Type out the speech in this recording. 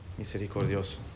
misericordioso